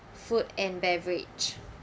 food and beverage